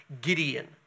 Gideon